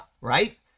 right